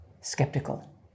skeptical